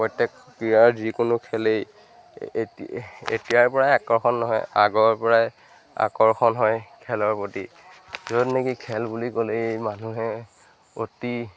প্ৰত্যেক ক্ৰীড়াৰ যিকোনো খেলেই এতি এতিয়াৰ পৰাই আকৰ্ষণ নহয় আগৰ পৰাই আকৰ্ষণ হয় খেলৰ প্ৰতি য'ত নেকি খেল বুলি ক'লেই মানুহে অতি